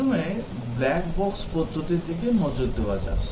প্রথমে black box পদ্ধতির দিকে নজর দেওয়া যাক